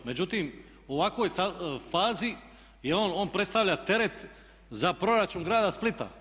Međutim, u ovakvoj fazi on predstavlja teret za Proračun grada Splita.